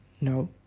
No